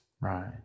Right